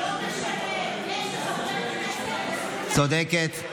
זה לא משנה, אם יש חבר כנסת, צודקת.